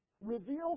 reveals